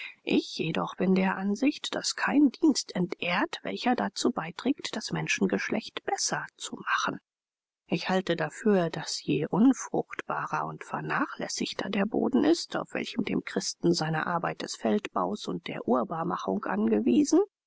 ich jedoch bin der ansicht daß kein dienst entehrt welcher dazu beiträgt das menschengeschlecht besser zu machen ich halte dafür daß je unfruchtbarer und vernachlässigter der boden ist auf welchem dem christen seine arbeit des feldbaus und der urbarmachung angewiesen